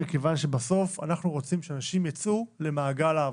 מכיוון שבסוף אנחנו רוצים שאנשים ייצאו למעגל העבודה.